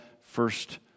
first